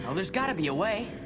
um there's gotta be a way!